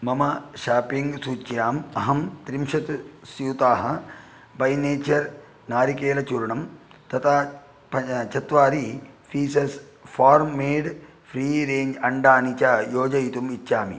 मम शापिङ्ग् सुच्याम् अहं त्रिंशत् स्यूताः वै नेचर् नारिकेलचूर्णं तथा चत्वारि pieces farm made free range अण्डाणि च योजयितुम् इच्छामि